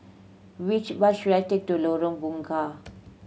which bus should I take to Lorong Bunga